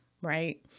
right